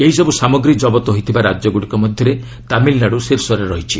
ଏହିସବ୍ ସାମଗ୍ରୀ ଜବତ ହୋଇଥିବା ରାଜ୍ୟଗ୍ରଡ଼ିକ ମଧ୍ୟରେ ତାମିଲ୍ନାଡ଼ ଶୀର୍ଷରେ ରହିଛି